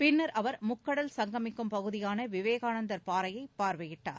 பின்னர் அவர் முக்கடல் சங்கமிக்கும் பகுதியான விவேகானந்தர் பாறையை பார்வையிட்டார்